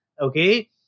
okay